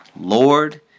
Lord